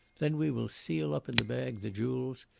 then we will seal up in the bag the jewels,